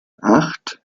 acht